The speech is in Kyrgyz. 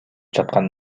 жаткан